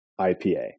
IPA